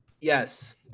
Yes